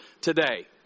today